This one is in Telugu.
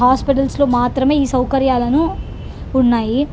హాస్పిటల్స్లో మాత్రమే ఈ సౌకర్యాలను ఉన్నాయి